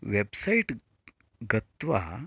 website गत्वा